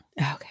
Okay